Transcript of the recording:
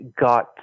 got